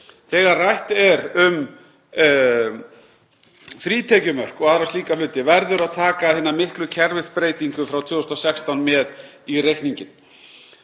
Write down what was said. Þegar rætt er um frítekjumörk og aðra slíka hluti verður að taka hina miklu kerfisbreytingu frá 2016 með í reikninginn.